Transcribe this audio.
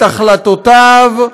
את החלטותיו,